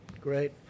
Great